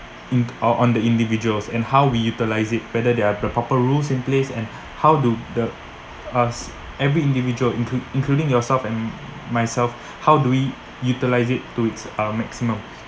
in o~ on the individuals and how we utilise it whether there are the proper rules in place and how do the us every individual include including yourself and ma~ myself how do we utilise it uh to its maximum